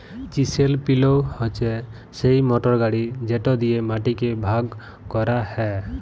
chisel plough হছে সেই motor গাড়ি যেট দিঁয়ে মাটিকে ভাগ ক্যরা হ্যয়